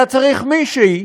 היה צריך מישהי,